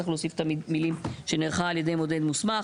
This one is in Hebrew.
צריך להוסיף את המילים "שנערכה על ידי מודד מוסמך".